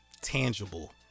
tangible